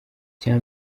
icya